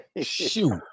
Shoot